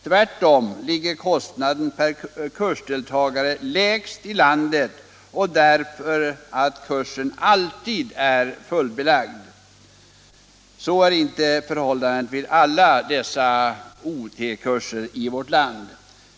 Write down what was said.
Tvärtom ligger kostnaden per kursdeltagare lägst i landet därför att kursen alltid är fullbelagd. Så är | inte förhållandet vid alla OT-kurser i vårt land.